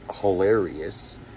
hilarious